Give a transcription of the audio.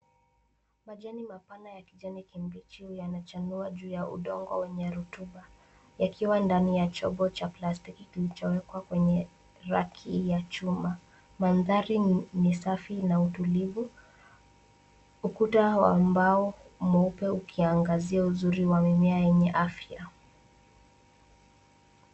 Majani mabichi yanachanua juu ya udongo wenye rutuba yakiwa ndani ya chombo cha plastiki kilichowekwa kwenye raki ya chuma . Mandhari ni safi na tulivu, ukuta wa mbao mweupe ukiangazia uzuri wa mimea yenye afya.